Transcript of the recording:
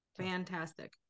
Fantastic